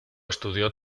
estudió